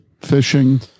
fishing